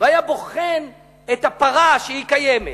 והיה בוחן את הפרה, שהיא קיימת,